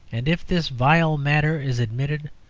and, if this vile matter is admitted,